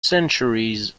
centuries